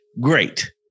great